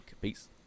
Peace